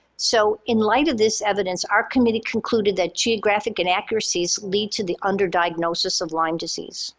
so in light of this evidence, our committee concluded that geographic inaccuracies lead to the under-diagnosis of lyme disease.